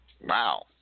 Wow